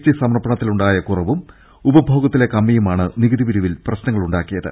T സമർപ്പണത്തിലുണ്ടായ കുറവും ഉപഭോഗത്തിലെ കമ്മിയുമാണ് നികുതി പിരിവിൽ പ്രശ്നങ്ങളുണ്ടാക്കിയത്